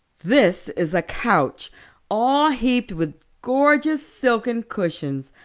this is a couch all heaped with gorgeous silken cushions,